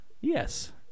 Yes